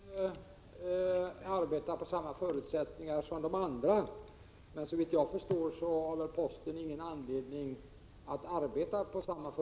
Herr talman! Ja, om posten arbetar under samma förutsättningar som de andra transportföretagen. Men såvitt jag förstår har posten ingen anledning att göra detta.